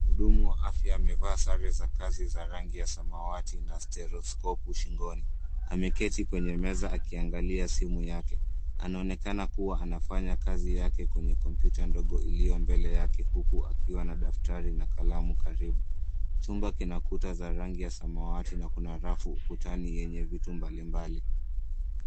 Mhudumu wa afya amevaa sare za kazi za rangi ya samawati na stetoskopu shingoni. Ameketi kwenye meza akiangalia simu yake. Anaonenakana kuwa anafanya kazi yake kwenye kompyuta ndogo iliyo mbele yake huku akiwa na daftari na kalamu karibu. Chumba kina kuta za rangi ya samawati na kuna rafu ukutani yenye vitu mbalimbali.